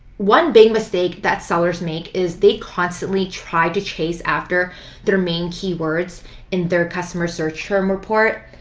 one big mistake that sellers make is they constantly try to chase after their main keywords in their customer search term report,